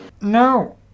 No